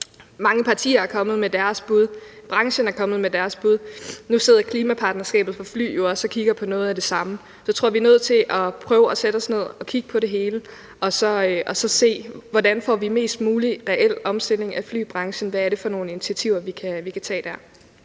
mange partier, der er kommet med deres bud, branchen er kommet med deres bud, og nu sidder klimapartnerskabet for fly jo også og kigger på noget af det samme. Så jeg tror, vi er nået til at prøve at sætte os ned og kigge på det hele og så se, hvordan vi får mest mulig reel omstilling af flybranchen, hvad det er for nogle initiativer, vi kan tage der.